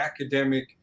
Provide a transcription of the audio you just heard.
academic